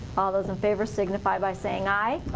all those in favor signify by saying aye.